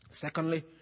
Secondly